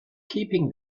keeping